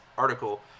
article